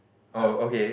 I'm